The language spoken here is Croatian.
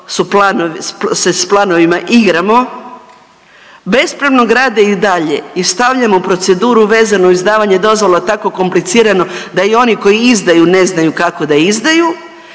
s planovima igramo. Bespravno grade i dalje i stavljamo u proceduru vezano uz izdavanje dozvola tako komplicirano da i oni koji izdaju ne znaju kako da izdaju